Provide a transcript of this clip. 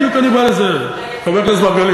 בדיוק אני בא לזה, חבר הכנסת מרגלית.